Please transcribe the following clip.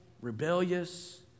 rebellious